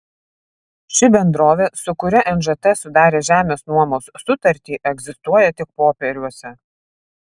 ši bendrovė su kuria nžt sudarė žemės nuomos sutartį egzistuoja tik popieriuose